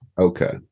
Okay